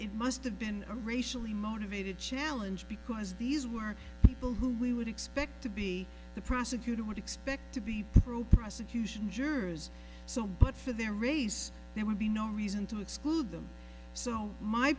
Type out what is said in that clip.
it must have been a racially motivated challenge because these were people who we would expect to be the prosecutor would expect to be pro prosecution jurors so but for their race it would be no reason to exclude them so my